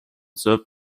served